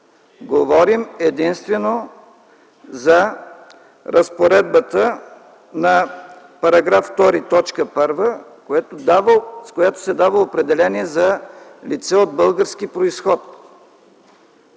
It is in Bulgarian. Говорим единствено за разпоредбата на § 2, т. 1, с която се дава определение за „лице от български произход”.